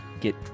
get